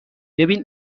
ببین